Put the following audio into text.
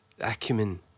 acumen